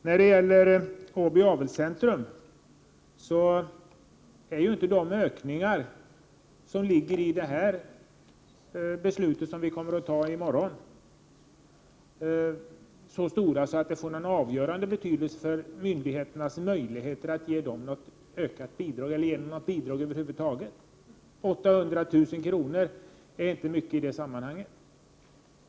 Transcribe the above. När det gäller Bohus Avelscentrum vill jag säga att de ökningar som det beslut som vi kommer att fatta i morgon innebär inte är så stora att de får någon avgörande betydelse för myndighetens möjligheter att lämna ett ökat bidrag eller att lämna något bidrag över huvud taget. 800 000 kr. är inte mycket i det sammanhanget.